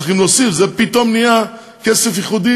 צריכים להוסיף זה פתאום נהיה כסף ייחודי,